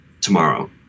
tomorrow